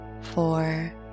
four